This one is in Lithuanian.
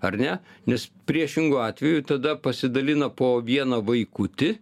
ar ne nes priešingu atveju tada pasidalina po vieną vaikutį